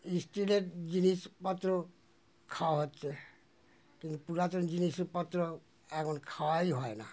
স্টিলের জিনিসপত্র খাওয়া হচ্ছে কিন্তু পুরাতন জিনিসপত্র এখন খাওয়াই হয় না